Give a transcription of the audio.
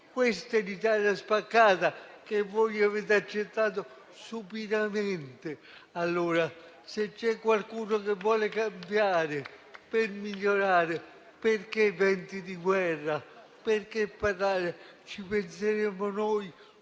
Questa è l'Italia spaccata che voi avete accettato supinamente. Se c'è qualcuno che vuole cambiare per migliorare, perché venti di guerra? Perché dire: «Ci penseremo noi